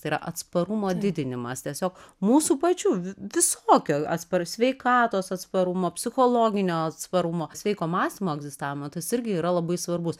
tai yra atsparumo didinimas tiesiog mūsų pačių visokio atsparus sveikatos atsparumo psichologinio atsparumo sveiko mąstymo egzistavimo tas irgi yra labai svarbus